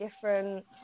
different